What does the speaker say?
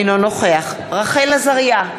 אינו נוכח רחל עזריה,